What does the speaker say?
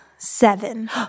Seven